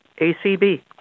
ACB